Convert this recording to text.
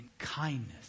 kindness